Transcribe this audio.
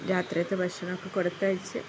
രാത്രിയത്തെ ഭക്ഷണമൊക്കെ കൊടുത്തയച്ച്